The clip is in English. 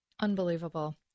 Unbelievable